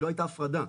לא הייתה הפרדה,